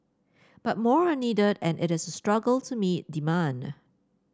but more are needed and it is struggle to meet demand